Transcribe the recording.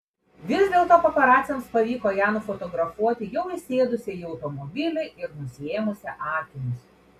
vis dėlto paparaciams pavyko ją nufotografuoti jau įsėdusią į automobilį ir nusiėmusią akinius